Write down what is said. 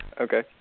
Okay